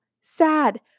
sad